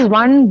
one